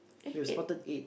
we've spotted eight